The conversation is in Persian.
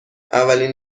اولین